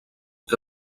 que